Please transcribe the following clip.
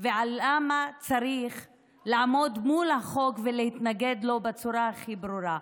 ולמה צריך לעמוד מול החוק ולהתנגד לו בצורה הכי ברורה.